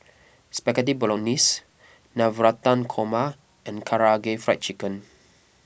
Spaghetti Bolognese Navratan Korma and Karaage Fried Chicken